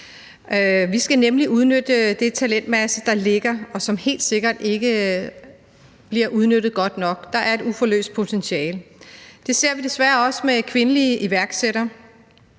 Vi skal nemlig udnytte den talentmasse, der ligger, og som helt sikkert ikke bliver udnyttet godt nok. Der er et uforløst potentiale. Det ser vi desværre også med kvindelige iværksættere.